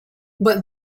but